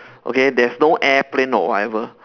okay there's no airplane or whatever